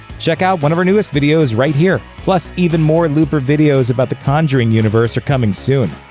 check out one of our newest videos right here! plus, even more looper videos about the conjuring universe are coming soon.